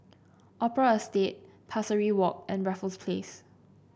Opera Estate Pesari Walk and Raffles Place